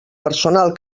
personal